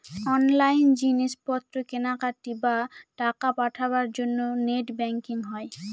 online জিনিস পত্র কেনাকাটি, বা টাকা পাঠাবার জন্য নেট ব্যাঙ্কিং হয়